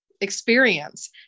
experience